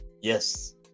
Yes